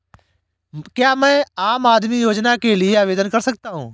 क्या मैं आम आदमी योजना के लिए आवेदन कर सकता हूँ?